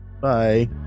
bye